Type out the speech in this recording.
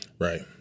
right